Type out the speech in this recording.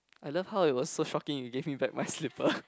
I love how it was so shocking you gave me back my slipper